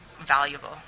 valuable